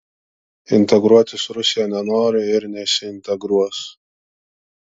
integruotis rusija nenori ir nesiintegruos